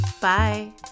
Bye